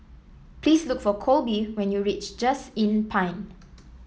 please look for Colby when you reach Just Inn Pine